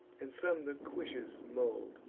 and some the cuishes mold,